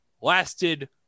lasted